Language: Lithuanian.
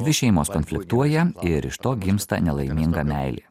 dvi šeimos konfliktuoja ir iš to gimsta nelaiminga meilė